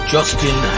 Justin